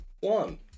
one